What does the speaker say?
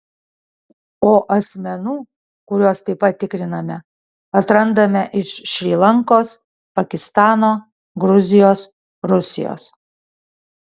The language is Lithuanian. o asmenų kuriuos taip pat tikriname atrandame iš šri lankos pakistano gruzijos rusijos